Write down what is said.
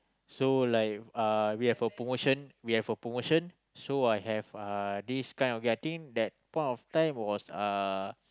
so like uh we have a portion we have a portion so I have uh this kind of getting that point of time was uh